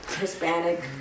Hispanic